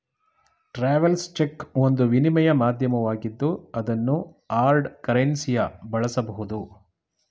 travels cheque ಒಂದು ವಿನಿಮಯ ಮಾಧ್ಯಮವಾಗಿದ್ದು ಅದನ್ನು ಹಾರ್ಡ್ ಕರೆನ್ಸಿಯ ಬಳಸಬಹುದು